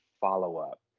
follow-up